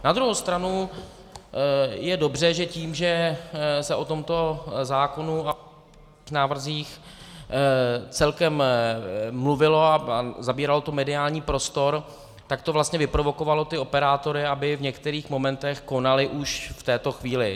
Na druhou stranu je dobře, že tím, že se o tomto zákonu a návrzích celkem mluvilo a zabíralo to mediální prostor, tak to vlastně vyprovokovalo operátory, aby v některých momentech konali už v této chvíli.